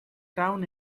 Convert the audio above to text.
town